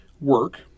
work